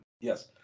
Yes